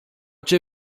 cię